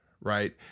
right